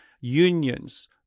unions